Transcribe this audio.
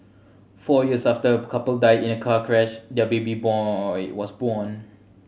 four years after a couple died in a car crash their baby boy was born